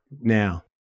Now